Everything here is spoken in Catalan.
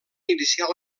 iniciar